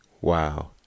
Wow